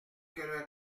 que